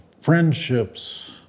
friendships